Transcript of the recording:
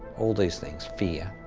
all those things fear.